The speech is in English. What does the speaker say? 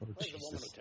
Jesus